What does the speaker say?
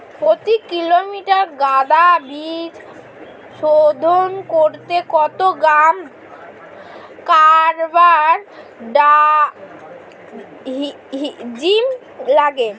প্রতি কিলোগ্রাম গাঁদা বীজ শোধন করতে কত গ্রাম কারবানডাজিম লাগে?